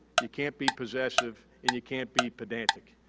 you can't be possessive, and you can't be pedantic.